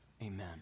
Amen